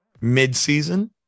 mid-season